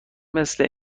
مثل